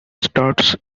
starts